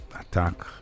attack